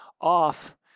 off